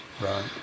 Right